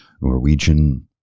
Norwegian